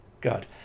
God